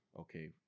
okay